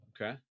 Okay